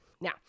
Now